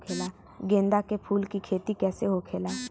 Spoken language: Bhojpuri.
गेंदा के फूल की खेती कैसे होखेला?